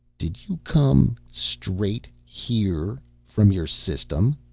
did you come straight here from your system?